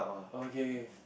oh okay okay